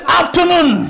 afternoon